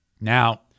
Now